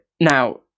Now